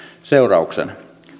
seurauksena